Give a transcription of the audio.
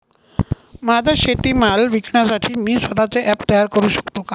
माझा शेतीमाल विकण्यासाठी मी स्वत:चे ॲप तयार करु शकतो का?